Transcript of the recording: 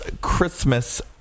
Christmas